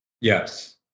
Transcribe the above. Yes